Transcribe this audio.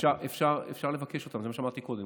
אפשר לבקש אותן,